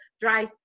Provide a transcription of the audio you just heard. dry